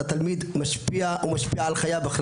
התלמידים, מעצב אישיותם ודמותם.